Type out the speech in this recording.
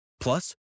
Plus